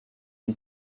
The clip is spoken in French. une